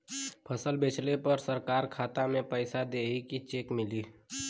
फसल बेंचले पर सरकार खाता में पैसा देही की चेक मिली?